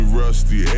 rusty